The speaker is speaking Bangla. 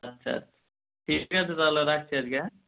আচ্ছা আচ্ছা ঠিক আছে তাহলে রাখছি আজকে হ্যাঁ